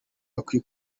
hakwiye